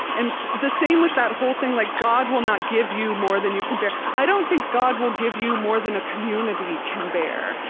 and the same with that whole thing like god will not give you more than you can bear. i don't think god will give you more than a community can bear.